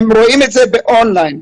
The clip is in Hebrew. הם רואים את זה באון ליין.